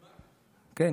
כן,